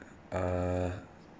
err